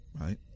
right